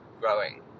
growing